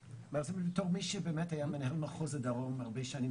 בתור מי שבאמת היה מנהל מחוז הדרום הרבה שנים